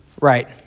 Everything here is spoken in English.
Right